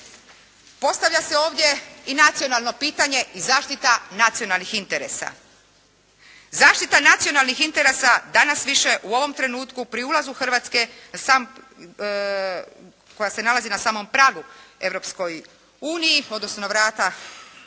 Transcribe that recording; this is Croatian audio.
Postavlja se ovdje i nacionalno pitanje i zaštita nacionalnih interesa. Zaštita nacionalnih interesa danas više u ovom trenutku pri ulazu Hrvatske koja se nalazi na samom pragu Europskoj uniji, odnosno na vrata Europske